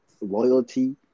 Loyalty